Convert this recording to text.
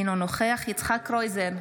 אינו נוכח יצחק קרויזר,